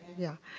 yeah,